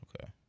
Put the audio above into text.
okay